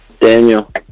daniel